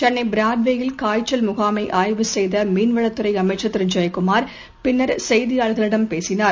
சென்னைபிராட்வே யில் காய்ச்சல் முகாமைஆய்வு செய்தமீன்வளத்துறைஅமைச்சா் திருஜெயக்குமாா் பின்னர் செய்தியாளர்களிடம் பேசினார்